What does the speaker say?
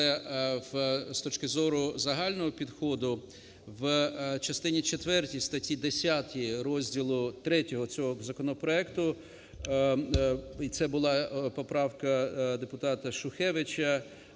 але з точки зору загального підходу в частині четвертій статті 10 розділу ІІІ цього законопроекту, і це була поправка депутата Шухевича,